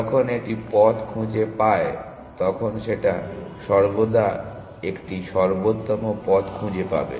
যখন এটি পথ খুঁজে পায় তখন সেটা সর্বদা একটি সর্বোত্তম পথ খুঁজে পাবে